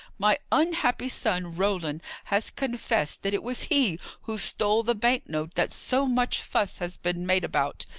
my unhappy son roland has confessed that it was he who stole the bank-note that so much fuss has been made about,